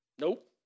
Nope